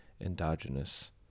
endogenous